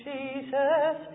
Jesus